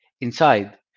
inside